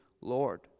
Lord